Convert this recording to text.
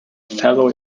fellow